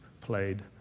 played